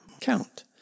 count